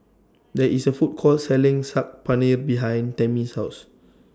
There IS A Food Court Selling Saag Paneer behind Tamie's House